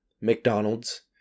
McDonald's